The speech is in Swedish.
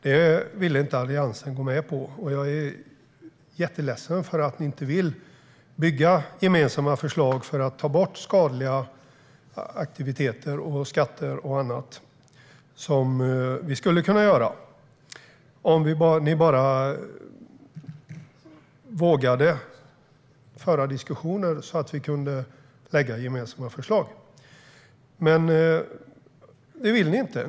Det ville inte Alliansen gå med på, och jag är jätteledsen för att ni inte vill lägga fram gemensamma förslag för att få bort skadliga aktiviteter, skatter och annat, som vi skulle kunna göra om ni bara vågade föra diskussioner. Men det vill ni inte.